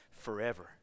forever